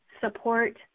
support